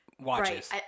watches